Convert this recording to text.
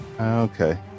Okay